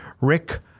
Rick